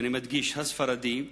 ואני מדגיש, הספרדי,